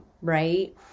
right